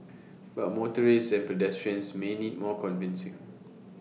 but motorists and pedestrians may need more convincing